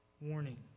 warning